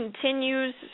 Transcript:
continues